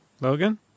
logan